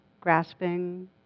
grasping